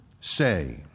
say